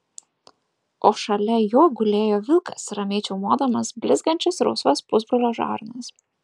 o šalia jo gulėjo vilkas ramiai čiaumodamas blizgančias rausvas pusbrolio žarnas